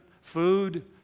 food